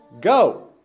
go